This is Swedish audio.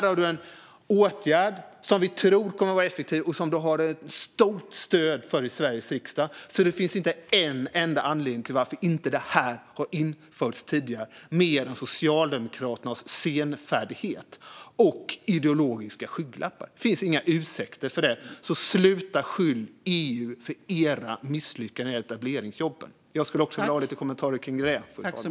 Vi har en åtgärd som vi tror kommer att vara effektiv och som har stort stöd i Sveriges riksdag, och det finns inte en enda anledning till att den inte har införts tidigare mer än Socialdemokraternas senfärdighet och ideologiska skygglappar. Det finns inga ursäkter, så sluta skylla misslyckandena när det gäller etableringsjobben på EU! Jag skulle vilja ha lite kommentarer om detta också.